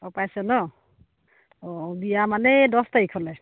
অ' পাইছে ন অ' বিয়া মানে এই দহ তাৰিখলৈ